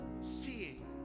seeing